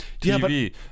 TV